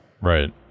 Right